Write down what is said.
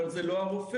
אבל זה לא הרופא.